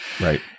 Right